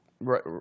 Right